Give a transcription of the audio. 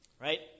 right